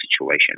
situation